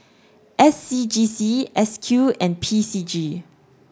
S C G C S Q and P C G